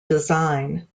design